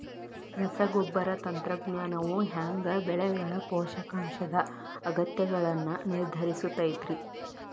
ರಸಗೊಬ್ಬರ ತಂತ್ರಜ್ಞಾನವು ಹ್ಯಾಂಗ ಬೆಳೆಗಳ ಪೋಷಕಾಂಶದ ಅಗತ್ಯಗಳನ್ನ ನಿರ್ಧರಿಸುತೈತ್ರಿ?